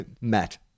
Matt